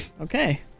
Okay